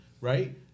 right